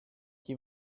qui